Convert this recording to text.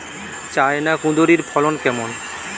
China কুঁদরীর ফলন কেমন?